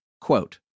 Quote